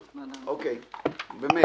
תחילה,